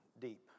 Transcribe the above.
deep